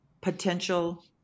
potential